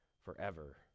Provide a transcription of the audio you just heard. forever